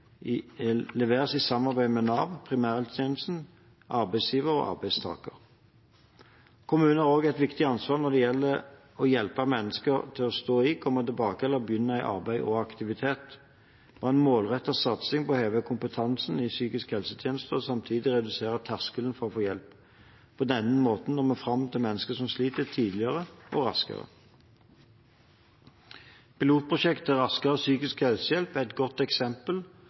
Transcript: leveres i samarbeid med NAV, primærhelsetjenesten, samt arbeidsgiver og arbeidstaker.» Kommunene har også et viktig ansvar når det gjelder å hjelpe mennesker til å stå i, komme tilbake til eller begynne i arbeid og aktivitet. Vi har en målrettet satsing på å heve kompetansen i psykisk helsetjeneste og samtidig redusere terskelen for å få hjelp. På denne måten når vi fram til mennesker som sliter, tidligere og raskere. Pilotprosjektet Rask psykisk helsehjelp er et godt eksempel